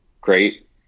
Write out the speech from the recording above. Great